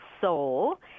soul